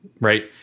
right